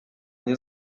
nie